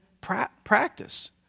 practice